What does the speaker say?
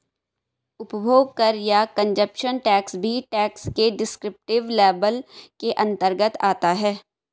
उपभोग कर या कंजप्शन टैक्स भी टैक्स के डिस्क्रिप्टिव लेबल के अंतर्गत आता है